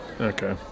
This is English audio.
Okay